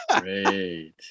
Great